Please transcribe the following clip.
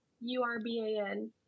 U-R-B-A-N